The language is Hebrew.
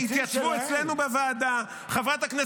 וכשניהלנו את הדיון הזה על החוק הזה התייצבו אצלנו בוועדה חברת הכנסת